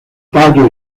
tallo